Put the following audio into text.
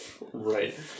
Right